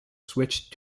switched